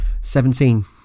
Seventeen